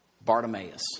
Bartimaeus